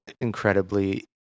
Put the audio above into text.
incredibly